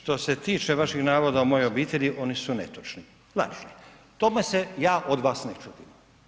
Što se tiče vaših navoda o mojoj obitelji, oni su netočni, lažni, tome se ja od vas ne čudim.